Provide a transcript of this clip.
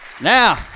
Now